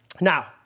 Now